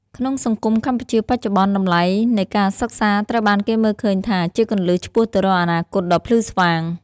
ក្នុងសង្គមកម្ពុជាបច្ចុប្បន្ន តម្លៃនៃការសិក្សាត្រូវបានគេមើលឃើញថាជាគន្លឹះឆ្ពោះទៅរកអនាគតដ៏ភ្លឺស្វាង។